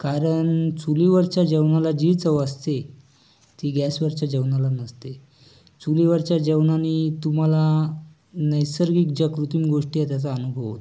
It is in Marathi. कारण चुलीवरच्या जेवणाला जी चव असते ती गॅसवरच्या जेवणाला नसते चुलीवरच्या जेवणाने तुम्हाला नैसर्गिक ज्या कृती म गोष्टी आहे त्याचा अनुभव होतो